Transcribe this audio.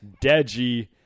Deji